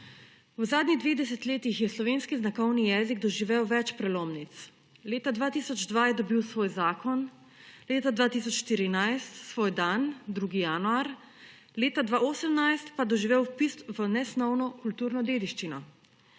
V zadnjih dveh desetletjih je slovenski znakovni jezik doživel več prelomnic. Leta 2002 je dobil svoj zakon, leta 2014 svoj dan, 2. januar, leta 2018 pa doživel vpis v nesnovno kulturno dediščino.